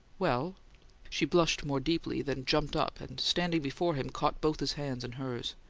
well she blushed more deeply, then jumped up, and, standing before him, caught both his hands in hers.